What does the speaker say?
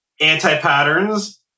anti-patterns